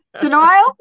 Denial